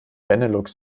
benelux